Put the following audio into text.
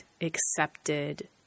accepted